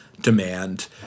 demand